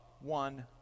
one